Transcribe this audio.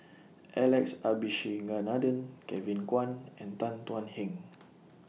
Alex Abisheganaden Kevin Kwan and Tan Thuan Heng